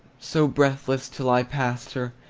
so breathless till i passed her,